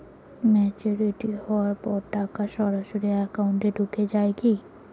Maturity হওয়ার পর টাকা সরাসরি একাউন্ট এ ঢুকে য়ায় কি?